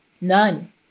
None